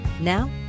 Now